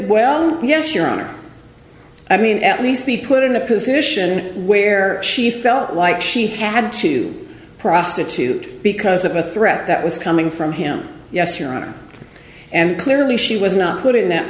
well yes your honor i mean at least be put in a position where she felt like she had to prostitute because of a threat that was coming from him yes your honor and clearly she was not put in that